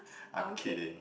I'm kidding